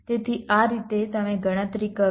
તેથી આ રીતે તમે ગણતરી કરો